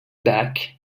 back